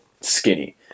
skinny